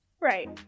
Right